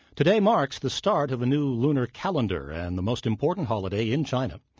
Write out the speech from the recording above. today marks the start of a new lunar calendar and the most important holiday in china.